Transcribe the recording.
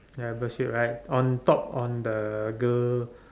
ya bird shit right on top on that girl